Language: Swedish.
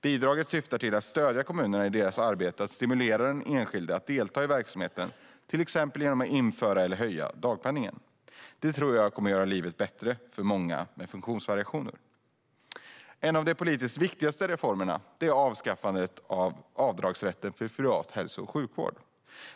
Bidraget syftar till att stödja kommunerna i deras arbete med att stimulera den enskilde att delta i verksamheten, till exempel genom att införa eller höja dagpenningen. Det tror jag kommer att göra livet bättre för många med funktionsvariationer. En av de politiskt viktigaste reformerna är avskaffandet av avdragsrätten för privat hälso och sjukvård.